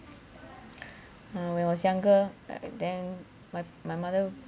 uh when I was younger uh then my my mother